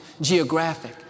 Geographic